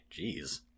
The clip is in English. Jeez